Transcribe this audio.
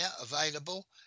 available